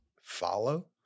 follow